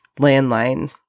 landline